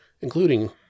including